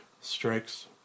strikes